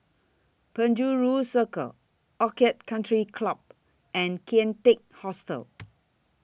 Penjuru Circle Orchid Country Club and Kian Teck Hostel